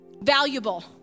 valuable